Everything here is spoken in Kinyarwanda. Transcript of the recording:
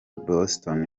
boston